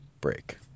break